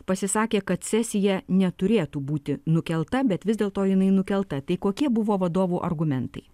pasisakė kad sesija neturėtų būti nukelta bet vis dėlto jinai nukelta tai kokie buvo vadovų argumentai